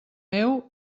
meu